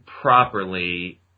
properly